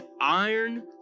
iron